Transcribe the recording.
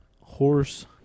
Horse